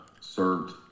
served